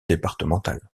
départementales